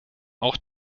auch